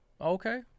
Okay